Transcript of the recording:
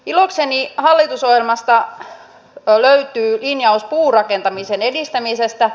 ilokseni hallitusohjelmasta löytyy linjaus puurakentamisen edistämisestä